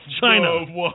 China